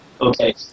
Okay